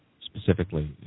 specifically